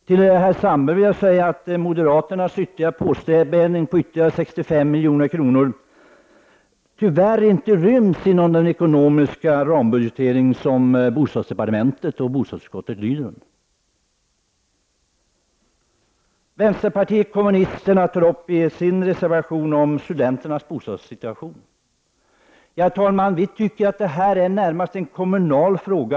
Till Jan Sandberg vill jag säga att moderaternas påspädning med ytterligare 65 milj.kr. tyvärr inte ryms inom den ekonomiska rambudgetering som bostadsdepartementet och bostadsutskottet lyder under. Vänsterpartiet kommunisterna tar i sin reservation upp studenternas bostadssituation. Vi tycker att detta närmast är en kommunal fråga.